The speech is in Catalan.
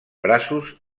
braços